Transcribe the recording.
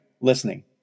listening